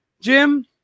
Jim